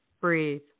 breathe